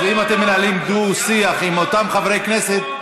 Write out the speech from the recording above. אז אם אתם מנהלים דו-שיח עם אותם חברי כנסת,